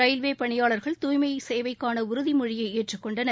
ரயில்வேப்பணியாளர்கள் தூய்மையே சேவைக்கான உறுதிமொழியை ஏற்றுக்கொண்டனர்